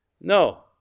no